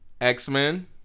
X-Men